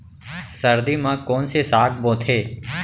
सर्दी मा कोन से साग बोथे?